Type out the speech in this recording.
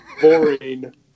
Boring